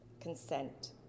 consent